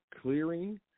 clearing